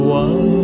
one